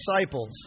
disciples